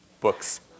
books